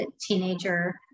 teenager